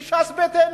היא ש"ס ביתנו.